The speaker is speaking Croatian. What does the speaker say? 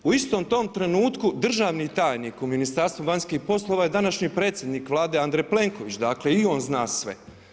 U istom tom trenutku državni tajnik u Ministarstvu vanjskih poslova je današnji predsjednik Vlade Andrej Plenković, dakle i on zna sve.